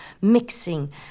mixing